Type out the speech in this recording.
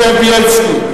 נגד חבר הכנסת זאב בילסקי.